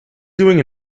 doing